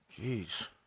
Jeez